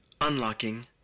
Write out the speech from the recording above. Unlocking